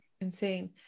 insane